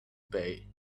pay